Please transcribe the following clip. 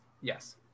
Yes